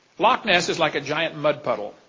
lock ness is like a giant mud puddle.